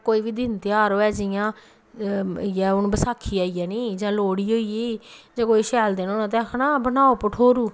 कोई बी दिन तेहार होऐ जि'यां इ'यै हून बसाखी आई जानी जां लोह्ड़ी होई गेई जां कोई शैल दिन होना ते आखना बनाओ भठोरू